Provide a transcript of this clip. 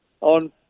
on